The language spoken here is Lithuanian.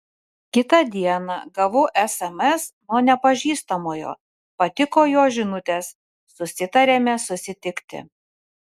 kitą dieną gavau sms nuo nepažįstamojo patiko jo žinutės susitarėme susitikti